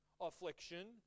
affliction